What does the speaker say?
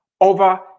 over